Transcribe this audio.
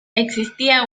existía